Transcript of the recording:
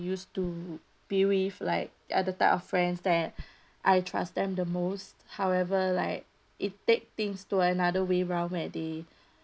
used to be with like they are the type of friends that I trust them the most however like it take things to another way round where they